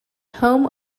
home